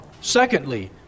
Secondly